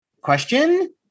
question